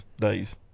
days